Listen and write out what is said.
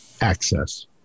access